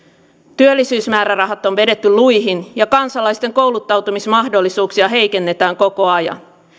työllisyysmäärärahat on vedetty luihin ja kansalaisten kouluttautumismahdollisuuksia heikennetään koko ajan